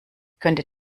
könnte